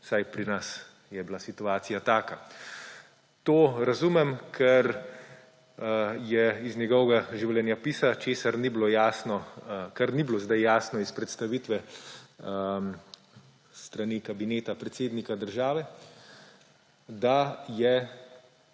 vsaj pri nas je bila situacija taka. To razumem, ker je iz njegovega življenjepisa, kar ni bilo zdaj jasno iz predstavitve s strani kabineta predsednika države, da je